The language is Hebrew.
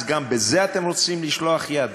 אז גם בזה אתם רוצים לשלוח יד?